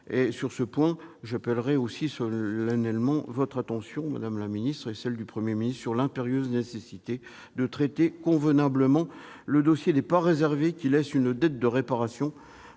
réparation. J'appelle solennellement votre attention, madame la secrétaire d'État, et celle du Premier ministre, sur l'impérieuse nécessité de traiter convenablement le dossier des parts réservées qui laissent une dette de réparation